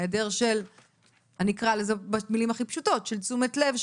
היעדר של תשומת לב,